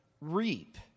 reap